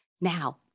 Now